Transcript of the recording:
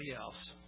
else